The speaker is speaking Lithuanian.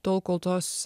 tol kol tos